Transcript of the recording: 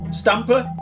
stamper